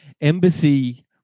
embassy